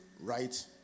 right